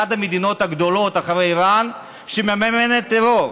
אחת המדינות הגדולות אחרי איראן שמממנת טרור.